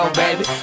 baby